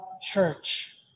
church